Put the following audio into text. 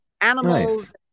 animals